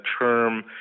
term